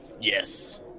Yes